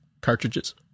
cartridges